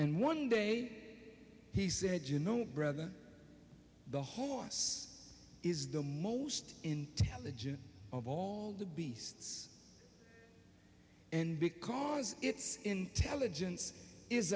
and one day he said you know brother the horse is the most intelligent of all the beasts and because its intelligence is